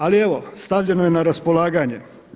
Ali evo, stavljeno je na raspolaganje.